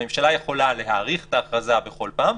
הממשלה יכולה להאריך את ההכרזה בכל פעם,